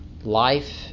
life